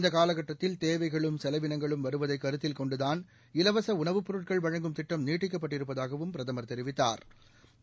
இந்த காலக்கட்டத்தில் தேவைகளும் செலவிளங்களும் வருவதை கருத்தில் கொண்டுதான் இலவச உணவுப் பொருட்கள் வழங்கும் திட்டம் நீட்டிக்கப்பட்டிருப்பதாகவும் பிரதமா் தெரிவித்தாா்